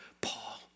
Paul